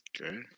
Okay